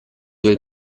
del